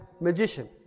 magician